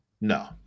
no